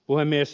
puhemies